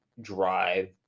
drive